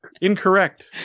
incorrect